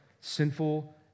sinful